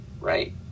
right